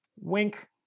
wink